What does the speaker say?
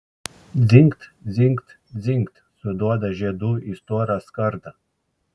dzingt dzingt dzingt suduoda žiedu į storą skardą